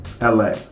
LA